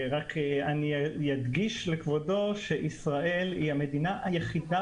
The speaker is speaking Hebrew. אני רק אדגיש לכבודו שישראל היא המדינה היחידה